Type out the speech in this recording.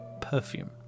perfume